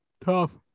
Tough